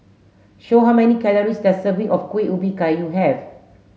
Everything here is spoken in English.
show how many calories does a serving of Kuih Ubi Kayu have